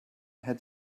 had